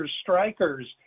strikers